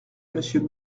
monsieur